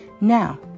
Now